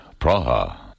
Praha